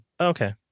Okay